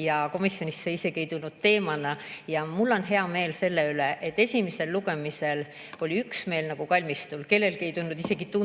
ja komisjonis see isegi ei tulnud teemana üles. Mul on hea meel selle üle, et esimesel lugemisel oli üksmeel nagu kalmistul, kellelgi ei tulnud isegi tunnet,